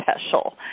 special